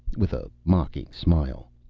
with a mocking smile.